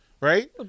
Right